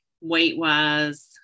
weight-wise